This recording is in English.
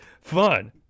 fun